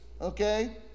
okay